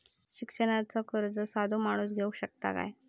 शिक्षणाचा कर्ज साधो माणूस घेऊ शकता काय?